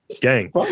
Gang